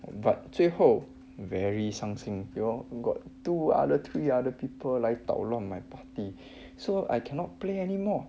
but 最后 very 伤心 you know two other three other people 来捣乱 my party so I cannot play anymore